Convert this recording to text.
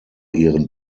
ihren